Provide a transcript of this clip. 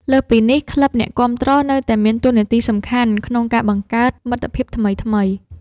លើសពីនេះ ក្លឹបអ្នកគាំទ្រនៅតែមានតួនាទីសំខាន់ក្នុងការបង្កើតមិត្តភាពថ្មីៗ។